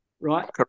right